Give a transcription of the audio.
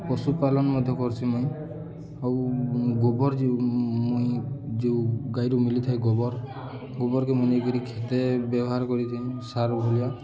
ପଶୁପାଳନ ମଧ୍ୟ କରସି ମୁଇଁ ଆଉ ଗୋବର ଯ ମୁଇଁ ଯୋଉ ଗାଈରୁ ମିଲିଥାଏ ଗୋବର ଗୋବରକେ ମୁଇଁ ନେଇକିରି କେତେ ବ୍ୟବହାର କରିଥା ସାର ଭଳିଆ